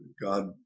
God